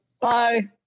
Bye